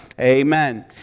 Amen